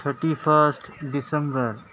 thirty first December